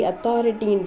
authority